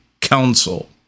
council